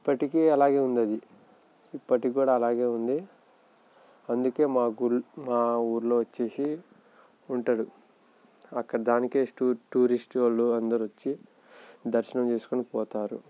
ఇప్పటికీ అలాగే ఉంది అది ఇప్పటికీ కూడా అలాగే ఉంది అందుకే మాకు రు మా ఊళ్ళో వచ్చేసి ఉంటాడు అక్కడ దానికే టూ టూరిస్ట్ వాళ్ళు అందరూ వచ్చి దర్శనం చేసుకొని పోతారు